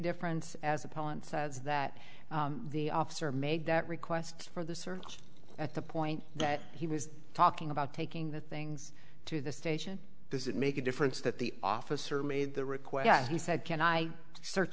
difference as opponent says that the officer made that request for the search at the point that he was talking about taking the things to the station does it make a difference that the officer made the request he said can i sear